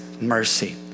mercy